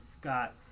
got